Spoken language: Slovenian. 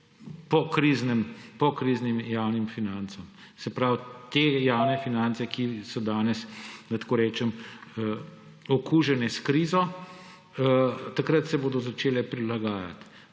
pokriznim javnim financam. Se pravi, te javne finance, ki so danes, da tako rečem, okužene s krizo, se bodo takrat začele prilagajati.